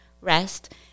rest